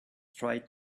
tried